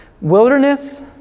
Wilderness